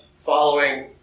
Following